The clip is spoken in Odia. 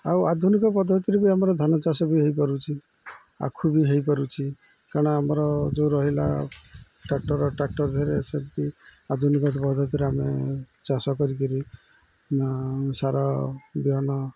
ଆଉ ଆଧୁନିକ ପଦ୍ଧତିରେ ବି ଆମର ଧାନ ଚାଷ ବି ହେଇପାରୁଛି ଆଖୁ ବି ହେଇପାରୁଛି କାରଣ ଆମର ଯେଉଁ ରହିଲା ଟ୍ରାକ୍ଟର ଟ୍ରାକ୍ଟର ଦିହରେ ସେମିତି ଆଧୁନିକ ପଦ୍ଧତିରେ ଆମେ ଚାଷ କରିକିରି ସାର ବିହନ